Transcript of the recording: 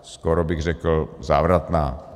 Skoro bych řekl závratná.